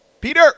Peter